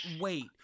wait